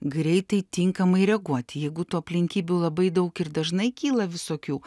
greitai tinkamai reaguoti jeigu tų aplinkybių labai daug ir dažnai kyla visokių